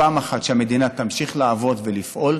פעם אחת, כדי שהמדינה תמשיך לעבוד ולפעול,